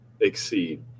exceed